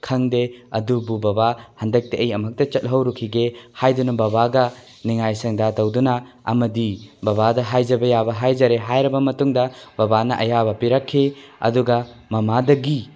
ꯈꯪꯗꯦ ꯑꯗꯨꯕꯨ ꯕꯕꯥ ꯍꯟꯗꯛꯇꯤ ꯑꯩ ꯑꯃꯨꯛꯇ ꯆꯠꯍꯧꯔꯨꯈꯤꯒꯦ ꯍꯥꯏꯔꯒ ꯕꯕꯥꯒ ꯅꯤꯡꯉꯥꯏ ꯁꯪꯗꯥ ꯇꯧꯗꯨꯅ ꯑꯃꯗꯤ ꯕꯕꯥꯗ ꯍꯥꯏꯖ ꯌꯥꯕ ꯍꯥꯏꯖꯔꯦ ꯍꯥꯏꯔꯕ ꯃꯇꯨꯡꯗ ꯕꯕꯥꯅ ꯑꯌꯥꯕ ꯄꯨꯔꯛꯈꯤ ꯑꯗꯨꯒ ꯃꯃꯥꯗꯒꯤ